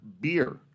beer